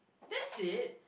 that's it